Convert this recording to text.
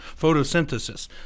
photosynthesis